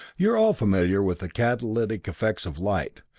you're all familiar with the catalytic effects of light.